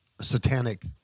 satanic